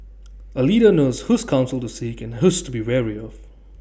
A leader knows whose counsel to seek and whose to be wary of